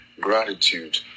gratitude